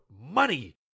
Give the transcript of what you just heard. money